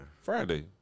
Friday